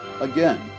Again